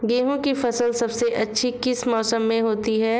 गेंहू की फसल सबसे अच्छी किस मौसम में होती है?